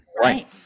Right